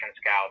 scout